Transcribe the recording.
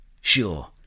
Sure